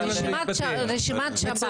אבל --- רועי, רשימת שב"ן,